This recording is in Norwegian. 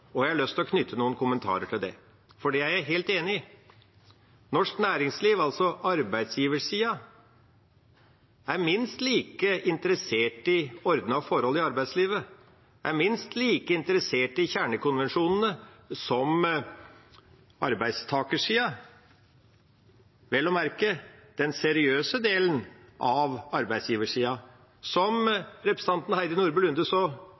Jeg har lyst til å knytte noen kommentarer til det – for det er jeg helt enig i. Norsk næringsliv, altså arbeidsgiversiden, er minst like interessert i ordnede forhold i arbeidslivet og minst like interessert i kjernekonvensjonene som arbeidstakersida – vel å merke den seriøse delen av arbeidsgiversida, som representanten Heidi Nordby Lunde så